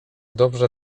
dobrze